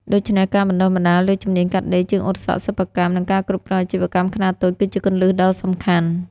ដូច្នេះ ការបណ្តុះបណ្តាលលើជំនាញកាត់ដេរ ជាងអ៊ុតសក់ សិប្បកម្ម និងការគ្រប់គ្រងអាជីវកម្មខ្នាតតូច គឺជាគន្លឹះដ៏សំខាន់។